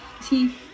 See